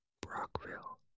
Brockville